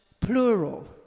plural